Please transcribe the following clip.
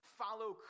follow